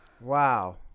Wow